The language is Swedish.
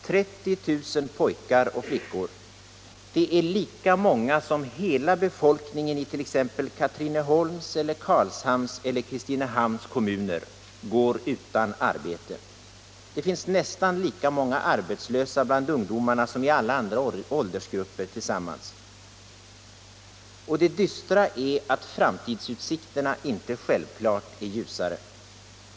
30 000 pojkar och flickor — det är lika många som hela befolkningen it.ex. Katrineholms eller Karlshamns eller Kristinehamns kommuner — går utan arbete. Det finns nästan lika många arbetslösa bland ungdomarna som i alla andra åldersgrupper tillsammans. Det dystra är att framtidsutsikterna inte självklart är ljusare.